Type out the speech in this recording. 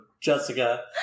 Jessica